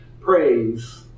praise